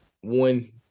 one